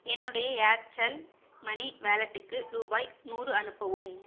என்னுடைய Airtel money வாலெட்டுக்கு ரூபாய் நூறு அனுப்பவும்